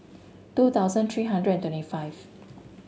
two thousand three hundred and thirty five